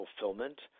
fulfillment